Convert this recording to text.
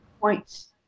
points